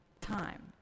time